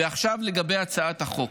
ועכשיו לגבי הצעת החוק.